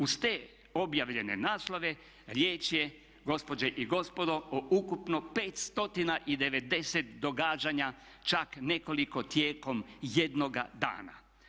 Uz te objavljene naslove riječ je, gospođe i gospodo, o ukupno 590 događanja čak nekoliko tijekom jednoga dana.